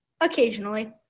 Occasionally